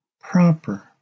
proper